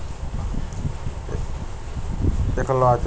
aquaculture आय के एक बेहतर साधन बन रहले है